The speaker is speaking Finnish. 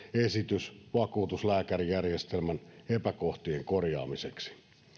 esitys vakuutuslääkärijärjestelmän epäkohtien korjaamiseksi